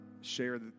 share